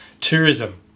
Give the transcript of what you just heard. Tourism